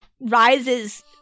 rises